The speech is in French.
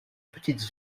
petites